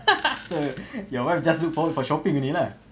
your wife just look forward for shopping only lah